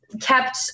kept